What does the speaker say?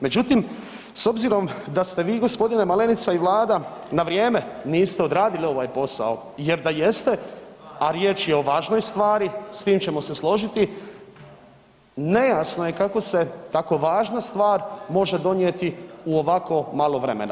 Međutim, s obzirom da ste vi gospodine Malenica i Vlada na vrijeme niste odradili ovaj posao jer da jeste, a riječ je o važnoj stvari s tim ćemo se složiti nejasno je kako se tako važna stvar može donijeti u ovako malo vremena.